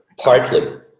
partly